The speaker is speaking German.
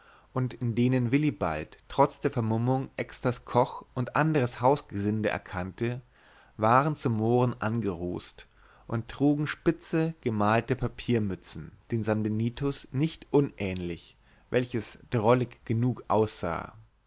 und in denen willibald trotz der vermummung exters koch und anderes hausgesinde erkannte waren zu mohren angerußt und trugen spitze gemalte papiermützen den sanbenitos nicht unähnlich welches drollig genug aussah